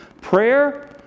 Prayer